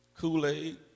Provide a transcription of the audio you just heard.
Kool-Aid